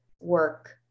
work